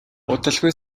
удалгүй